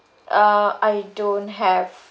uh I don't have